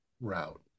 route